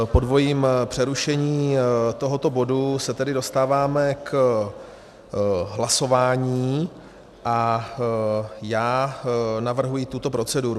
Po dvojím přerušení tohoto bodu se tedy dostáváme k hlasování a já navrhuji tuto proceduru.